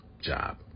job